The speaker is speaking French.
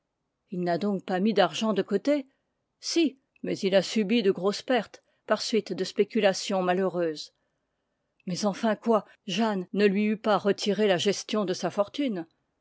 il n'a donc pas mis d'argent de côté si mais il a subi de grosses pertes par suite de spéculations malheureuses mais enfin quoi jeanne ne lui eût pas retiré la gestion de sa fortune